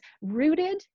Rooted